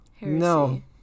No